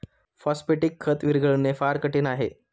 phosphatic खत विरघळणे फार कठीण आहे